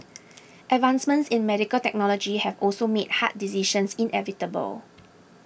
advancements in medical technology have also made hard decisions inevitable